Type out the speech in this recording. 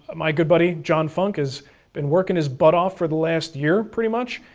my good buddy, john funk, has been working his butt off for the last year pretty much.